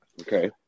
Okay